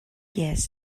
yes